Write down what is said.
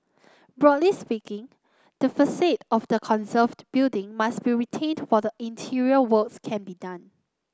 broadly speaking the facade of the conserved building must be retained while interior works can be done